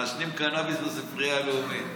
מעשנים קנביס בספרייה הלאומית.